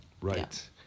Right